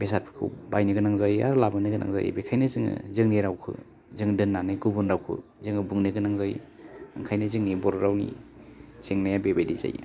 बेसादफोरखौ बायनो गोनां जायो आरो लाबोनो गोनां जायो बेखायनो जोङो जोंनि रावखौ जों दोन्नानै गुबुन रावखौ जोङो बुंनो गोनां जायो ओंखायनो जोंनि बर' रावनि जेंनाया बेबायदि जायो